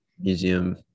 museum